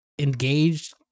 engaged